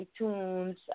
iTunes